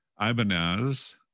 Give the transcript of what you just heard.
Ibanez